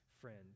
friend